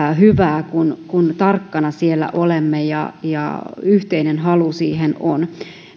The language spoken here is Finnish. hyvää kun kun tarkkana siellä olemme ja ja yhteinen halu siihen on